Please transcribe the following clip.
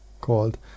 called